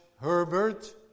Herbert